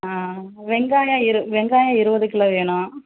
ஆ வெங்காயம் இரு வெங்காயம் இருபது கிலோ வேணும்